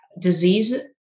disease